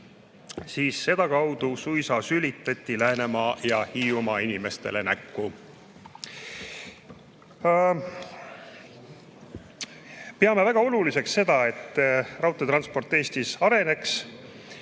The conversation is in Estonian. juht, sedakaudu suisa sülitati Läänemaa ja Hiiumaa inimestele näkku.Me peame väga oluliseks seda, et raudteetransport Eestis areneks.